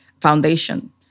foundation